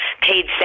paid